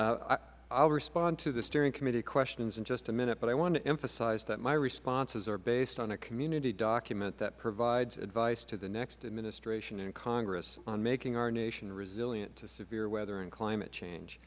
will respond to the steering committee questions in just a minute but i want to emphasize that my responses are based on a community document that provides advice to the next administration and congress on making our nation resilient to severe weather and climate change